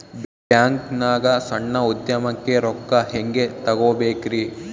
ಬ್ಯಾಂಕ್ನಾಗ ಸಣ್ಣ ಉದ್ಯಮಕ್ಕೆ ರೊಕ್ಕ ಹೆಂಗೆ ತಗೋಬೇಕ್ರಿ?